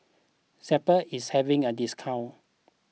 Zappy is having a discount